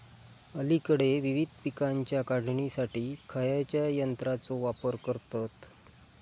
अलीकडे विविध पीकांच्या काढणीसाठी खयाच्या यंत्राचो वापर करतत?